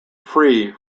free